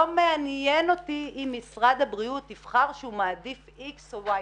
לא מעניין אותי אם משרד הבריאות יבחר שהוא מעדיף איקס או ואי.